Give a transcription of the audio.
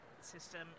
system